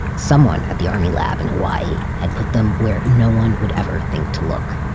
someone at the army lab in hawaii had put them where no one would ever think to look.